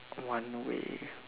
one way